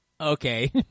okay